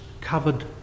covered